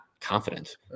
confident